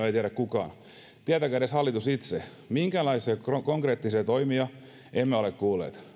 ei tiedä kukaan tietääkö edes hallitus itse minkäänlaisia konkreettisia toimia emme ole kuulleet